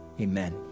Amen